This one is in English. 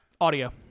audio